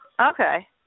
Okay